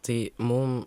tai mum